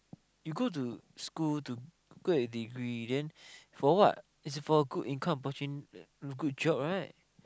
you go to school to get a degree then for what it's for a good income opportunity good job right